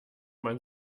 man